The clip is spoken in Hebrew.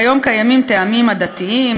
כיום קיימים טעמים עדתיים,